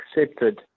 accepted